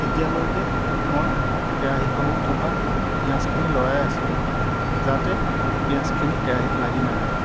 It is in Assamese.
তেতিয়ালৈকে মই কেৰাহীখনত থকা পিয়াঁজখিনি লৰাই আছিলোঁ যাতে পিয়াঁজখিনি কেৰাহীত লাগি নাযায়